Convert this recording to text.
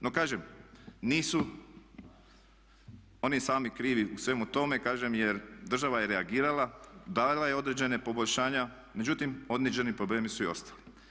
No kažem, nisu oni sami krivi u svemu tome jer država je reagirala, dala je određena poboljšanja, međutim određeni problemi su ostali.